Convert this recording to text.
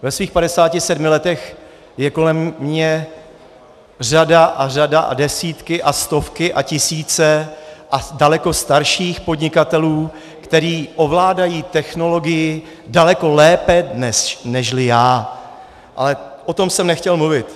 Ve svých 57 letech je kolem mne řada a řada a desítky a stovky a tisíce a daleko starších podnikatelů, kteří ovládají technologii daleko lépe nežli já, ale o tom jsem nechtěl mluvit.